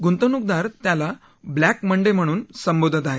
गंतवणूकदार त्याला Black Monday म्हणून संबोधत आहेत